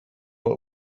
what